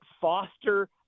foster